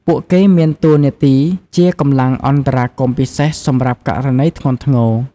ពួកគេមានតួនាទីជាកម្លាំងអន្តរាគមន៍ពិសេសសម្រាប់ករណីធ្ងន់ធ្ងរ។